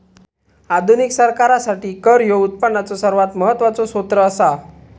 आधुनिक सरकारासाठी कर ह्यो उत्पनाचो सर्वात महत्वाचो सोत्र असा